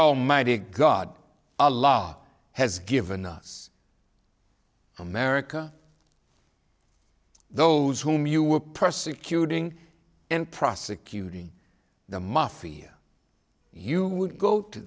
almighty god a law has given us america those whom you were persecuting in prosecuting the mafia you would go to